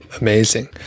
Amazing